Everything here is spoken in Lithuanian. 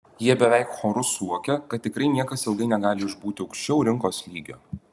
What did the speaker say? jie beveik choru suokia kad tikrai niekas ilgai negali išbūti aukščiau rinkos lygio